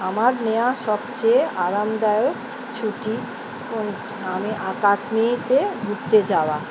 আমার নেওয়া সবচেয়ে আরামদায়ক ছুটি আমি কাশ্মীরেতে ঘুরতে যাওয়া